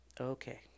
Okay